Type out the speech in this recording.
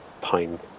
pine